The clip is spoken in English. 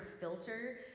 filter